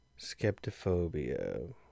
Skeptophobia